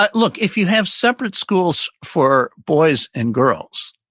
but look, if you have separate schools for boys and girls,